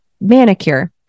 manicure